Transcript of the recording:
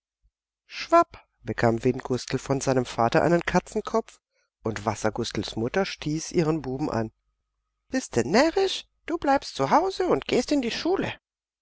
schwapp bekam windgustel von seinem vater einen katzenkopf und wassergustels mutter stieß ihren buben an biste närrisch du bleibst zu hause und gehst in die schule